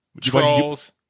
Trolls